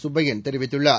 சுப்பையன் தெரிவித்துள்ளார்